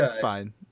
fine